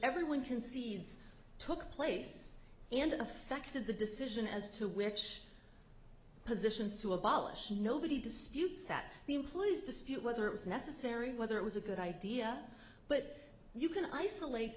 everyone concedes took place and affected the decision as to which positions to abolish nobody disputes that the employee's dispute whether it was necessary whether it was a good idea but you can isolate